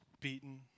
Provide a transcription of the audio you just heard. beaten